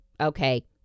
Okay